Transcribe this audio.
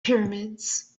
pyramids